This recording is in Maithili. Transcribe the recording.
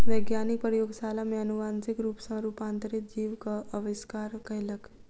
वैज्ञानिक प्रयोगशाला में अनुवांशिक रूप सॅ रूपांतरित जीवक आविष्कार कयलक